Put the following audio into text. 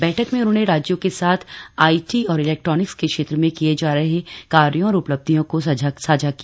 बैठक में उन्होंने राज्यों के साथ आई टी और इलेक्ट्रानिक्स के क्षेत्र में किए जा रहे कार्यो और उपलब्धियों को साझा किया